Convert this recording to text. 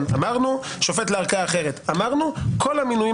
כך שיהיה ברור שזה לכל המינויים